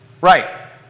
Right